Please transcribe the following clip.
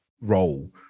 role